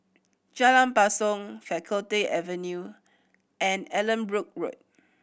Jalan Basong Faculty Avenue and Allanbrooke Road